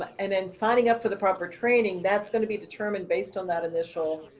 and then signing up for the proper training that's going to be determined based on that initial.